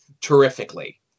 Terrifically